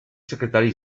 secretari